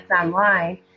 online